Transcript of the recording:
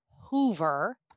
Hoover